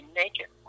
naked